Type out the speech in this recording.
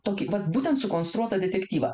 tokį vat būtent sukonstruotą detektyvą